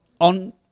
on